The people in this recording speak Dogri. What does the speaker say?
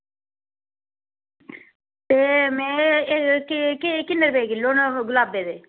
ते में एह् किन्ने रपेऽ किलो न गलाबै दे